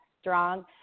strong